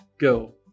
Go